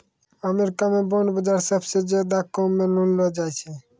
अमरीका म बांड बाजार सबसअ ज्यादा काम म लानलो जाय छै